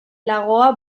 lagoa